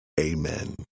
amen